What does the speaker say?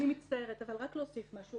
אני מצטערת, רק להוסיף משהו.